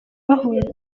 bahunga